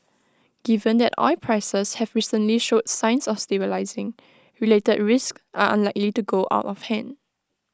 given that oil prices have recently showed signs of stabilising related risks are unlikely to go out of hand